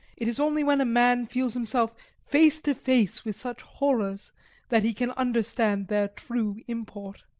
it is only when a man feels himself face to face with such horrors that he can understand their true import.